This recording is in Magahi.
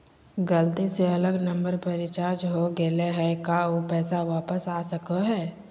गलती से अलग नंबर पर रिचार्ज हो गेलै है का ऊ पैसा वापस आ सको है?